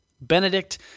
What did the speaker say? Benedict